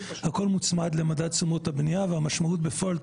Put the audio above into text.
הכול מוצמד למדד תשומות הבנייה והמשמעות בפועל היא